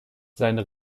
seine